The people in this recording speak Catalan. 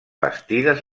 bastides